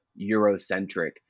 eurocentric